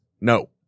No